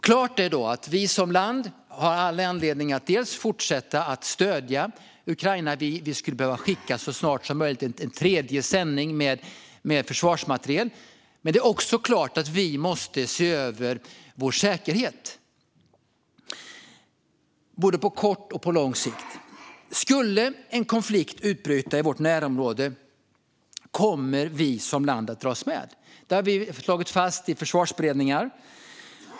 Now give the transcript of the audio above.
Klart är att vi som land har all anledning att fortsätta att stödja Ukraina - vi skulle så snart som möjligt behöva skicka en tredje sändning med försvarsmateriel - men det är också klart att vi måste se över vår säkerhet både på kort och på lång sikt. Skulle en konflikt utbryta i vårt närområde kommer vi som land att dras med. Det har vi slagit fast i försvarsberedningar.